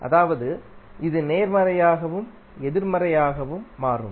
அதாவது இது நேர்மறையாகவும் எதிர்மறையாகவும் மாறும்